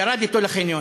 ירד אתו לחניון,